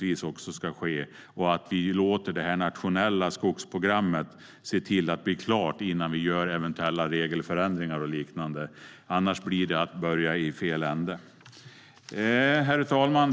Vi måste se till att det nationella skogsprogrammet blir klart innan vi gör eventuella regelförändringar och liknande. Annars börjar vi i fel ände. Herr talman!